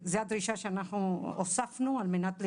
זו הדרישה שאנחנו הוספנו על מנת לוודא.